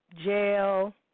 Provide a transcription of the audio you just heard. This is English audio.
Jail